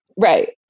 Right